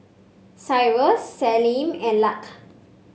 Cyrus Salome and Lark